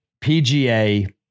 PGA